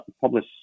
publish